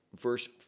Verse